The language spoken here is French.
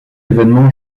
événement